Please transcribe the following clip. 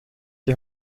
die